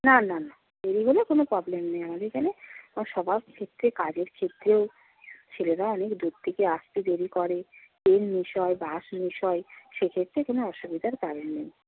না না না দেরি হলে কোনো প্রবলেম নেই আমাদের এখানে সবার ক্ষেত্রে কাজের ক্ষেত্রেও ছেলেরা অনেক দূর থেকে আসতে দেরি করে ট্রেন মিস হয় বাস মিস হয় সেক্ষেত্রে কোনো অসুবিধার কারণ নেই